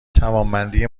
توانمندی